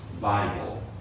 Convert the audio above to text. Bible